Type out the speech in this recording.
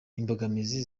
imbogamizi